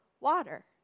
water